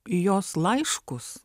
į jos laiškus